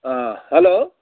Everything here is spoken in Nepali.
हलो